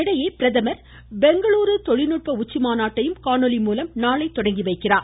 இதனிடையே பிரதமர் பெங்களூரு தொழில் நுட்ப உச்சி மாநாட்டையும் காணொலி மூலம் நாளை தொடங்கி வைக்கிறார்